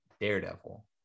Daredevil